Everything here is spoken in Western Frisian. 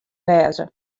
wêze